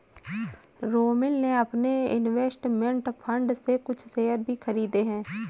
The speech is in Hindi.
रोमिल ने अपने इन्वेस्टमेंट फण्ड से कुछ शेयर भी खरीदे है